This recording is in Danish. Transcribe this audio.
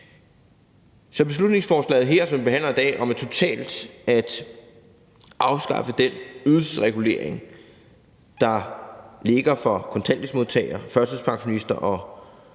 beslutningsforslaget her, som vi behandler i dag, om totalt at afskaffe den ydelsesregulering, der ligger for kontanthjælpsmodtagere, førtidspensionister og